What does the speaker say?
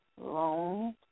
long